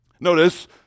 Notice